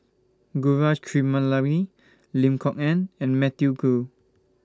Gaurav Kripalani Lim Kok Ann and Matthew Ngui